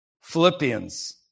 Philippians